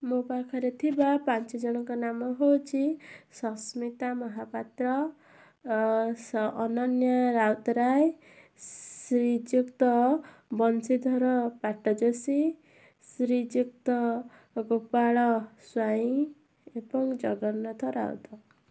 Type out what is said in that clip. ମୋ ପାଖରେ ଥିବା ପାଞ୍ଚଜଣଙ୍କ ନାମ ହେଉଛି ସସ୍ମିତା ମହାପାତ୍ର ଅନନ୍ୟା ରାଉତରାୟ ଶ୍ରୀଯୁକ୍ତ ବଂଶୀଧର ପାଟଜୋସୀ ଶ୍ରୀଯୁକ୍ତ ଗୋପାଳ ସ୍ୱାଇଁ ଏବଂ ଜଗନ୍ନାଥ ରାଉତ